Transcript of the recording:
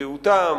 בריאותם,